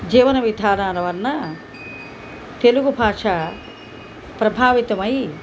జీవన విధానాల వలన తెలుగు భాష ప్రభావితమై